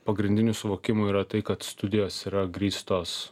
pagrindinių suvokimų yra tai kad studijos yra grįstos